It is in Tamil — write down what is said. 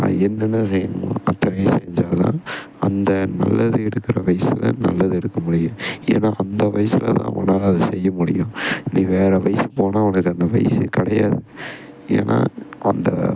என்னென்ன செய்யணுமோ அத்தனையும் செஞ்சால்தான் அந்த நல்லது எடுக்கிற வயசில் நல்லது எடுக்க முடியும் ஏன்னால் அந்த வயசில் தான் உன்னால் அதை செய்ய முடியும் நீ வேறு வயது போனால் உனக்கு அந்த வயது கிடையாது ஏன்னால் அந்த